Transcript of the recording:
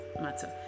matter